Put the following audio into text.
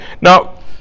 Now